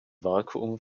vakuum